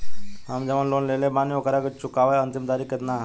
हम जवन लोन लेले बानी ओकरा के चुकावे अंतिम तारीख कितना हैं?